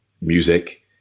music